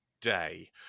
day